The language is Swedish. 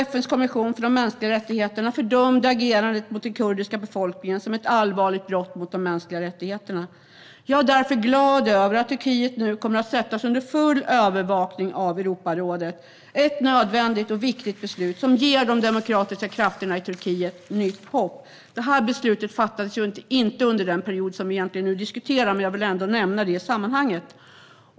FN:s kommission för de mänskliga rättigheterna fördömde agerandet mot den kurdiska befolkningen som ett allvarligt brott mot de mänskliga rättigheterna. Jag är därför glad över att Turkiet nu kommer att sättas under full övervakning av Europarådet. Det är ett nödvändigt och viktigt beslut som ger de demokratiska krafterna i Turkiet nytt hopp. Detta beslut fattades inte under den period som vi nu egentligen diskuterar. Men jag vill ändå nämna det i sammanhanget.